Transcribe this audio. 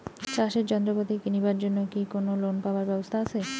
চাষের যন্ত্রপাতি কিনিবার জন্য কি কোনো লোন পাবার ব্যবস্থা আসে?